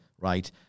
right